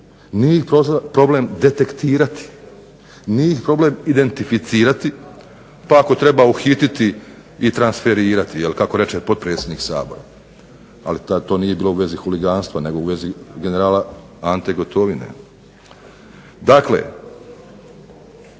nije problem detektirati, nije problem ih identificirati pa ako treba uhititi i transferirati jel kako reče potpredsjednik Sabora, ali to nije bilo u vezi huliganstva, nego u vezi generala Ante Gotovine.